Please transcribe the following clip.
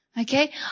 Okay